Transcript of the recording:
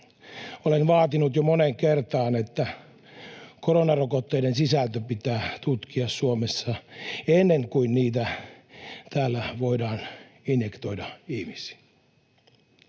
olen vaatinut jo moneen kertaan, että koronarokotteiden sisältö pitää tutkia Suomessa ennen kuin niitä täällä voidaan injektoida ihmisiin.